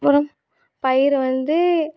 அப்புறம் பயிர் வந்து